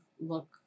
look